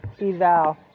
eval